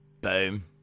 Boom